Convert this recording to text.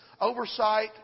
oversight